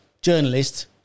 journalist